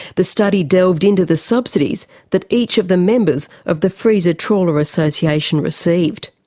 the study delved into the subsidies that each of the members of the freezer-trawler association received.